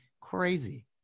crazy